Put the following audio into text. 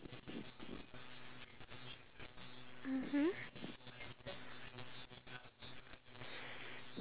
ya so that at the end of the day it's something like a memorable experience for them because they get to like